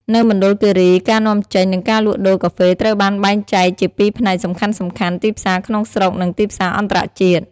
នៅមណ្ឌលគិរី ការនាំចេញ និងការលក់ដូរកាហ្វេត្រូវបានបែងចែកជាពីរផ្នែកសំខាន់ៗ ទីផ្សារក្នុងស្រុក និងទីផ្សារអន្តរជាតិ។